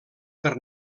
per